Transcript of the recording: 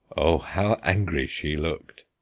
oh, how angry she looked!